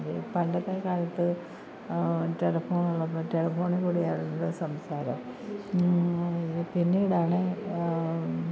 പണ്ടത്തെ കാലത്ത് ടെലഫോണുള്ളപ്പോൾ ടെലഫോണി കൂടി ആയിരുന്നല്ലോ സംസാരം പിന്നീടാണ്